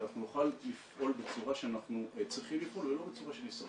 שאנחנו נוכל לפעול בצורה שאנחנו צריכים לפעול ולא בצורה של הישרדות.